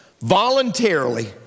voluntarily